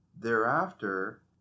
Thereafter